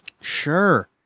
sure